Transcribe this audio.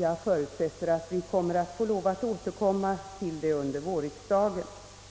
Jag förutsätter att vi får lov att återkomma till det ämnet under vårriksdagen.